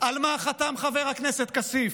על מה חתם חבר הכנסת כסיף.